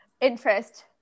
interest